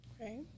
Okay